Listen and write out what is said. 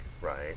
right